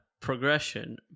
progression